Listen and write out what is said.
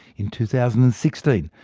in two thousand and sixteen,